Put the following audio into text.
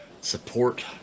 support